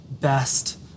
best